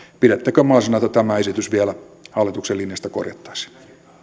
pidättekö mahdollisena että tämä esitys vielä hallituksen linjasta korjattaisiin